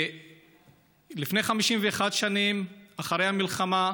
לפני 51 שנים, אחרי המלחמה,